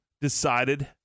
decided